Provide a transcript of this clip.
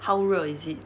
how 热 is it